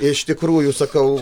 iš tikrųjų sakau